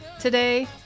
Today